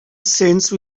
since